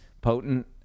potent